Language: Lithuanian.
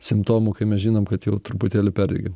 simptomų kai mes žinom kad jau truputėlį perdegėm